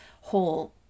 whole